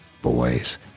boys